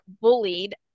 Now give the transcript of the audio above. bullied